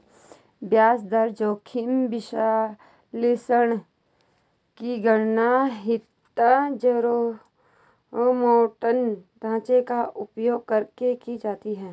ब्याज दर जोखिम विश्लेषण की गणना हीथजारोमॉर्टन ढांचे का उपयोग करके की जाती है